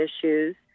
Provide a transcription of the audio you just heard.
issues